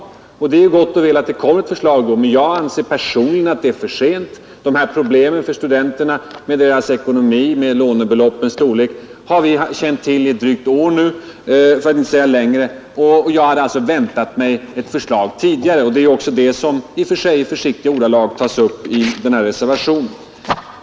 Det är visserligen gott och väl att ett förslag kommer, men personligen anser jag att det är för sent. Studenternas problem med sin ekonomi och med lånebeloppens storlek har vi känt till drygt ett år nu, för att inte säga ännu längre, och jag hade därför väntat mig ett förslag tidigare. Det är också det som i försiktiga ordalag tas upp i den här reservationen.